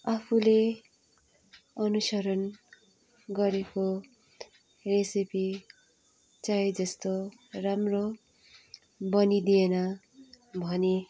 आफूले अनुसरण गरेको रेसेपी चाहेजस्तो राम्रो बनिदिएन भने